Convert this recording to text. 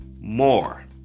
more